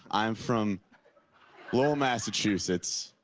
i'm from lowell, massachusetts,